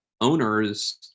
owners